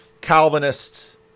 Calvinists